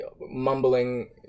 mumbling